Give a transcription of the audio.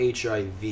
HIV